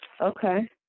Okay